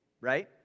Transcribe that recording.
right